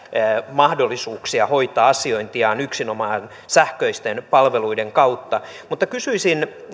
mahdollisuuksia hoitaa asiointiaan yksinomaan sähköisten palveluiden kautta mutta kysyisin